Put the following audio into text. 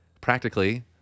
practically